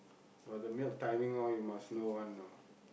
but the milk timing all you must know one know